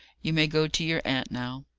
you may go to your aunt now.